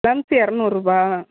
plums இரநூறுபா